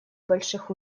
больших